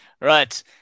Right